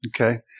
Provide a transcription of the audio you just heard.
Okay